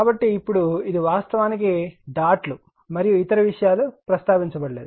కాబట్టి ఇప్పుడు ఇది వాస్తవానికి డాట్ లు మరియు ఇతర విషయాలు ప్రస్తావించబడలేదు